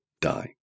die